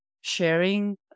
sharing